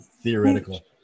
theoretical